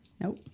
Nope